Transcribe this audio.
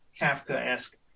Kafka-esque